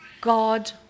God